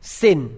sin